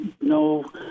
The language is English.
no